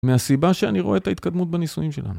מהסיבה שאני רואה את ההתקדמות בניסויים שלנו.